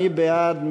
מי בעד?